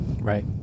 Right